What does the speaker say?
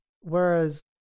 whereas